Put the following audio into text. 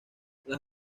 las